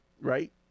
right